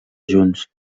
junts